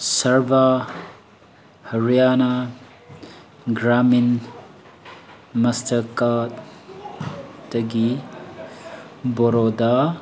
ꯁꯔꯕꯥ Haryana Gramin master ꯀꯥꯔꯠꯇꯒꯤ ꯕꯥꯔꯣꯗꯥ